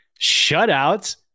shutouts